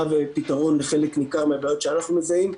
ופתרון לחלק ניכר מהבעיות שאנחנו מזהים.